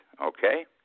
Okay